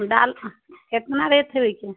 दाल एतना रेट थोड़े छै